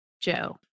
Joe